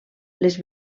les